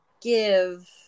give